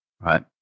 right